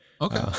Okay